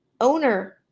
owner